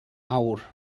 awr